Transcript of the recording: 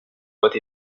what